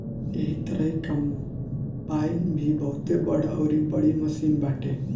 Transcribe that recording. एही तरही कम्पाईन भी बहुते बड़ अउरी भारी मशीन बाटे